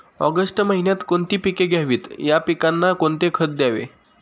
August महिन्यात कोणती पिके घ्यावीत? या पिकांना कोणते खत द्यावे?